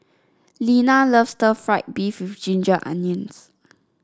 Lina loves stir fry beef with Ginger Onions